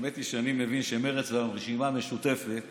האמת היא שאני מבין שמרצ והרשימה המשותפת